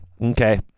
Okay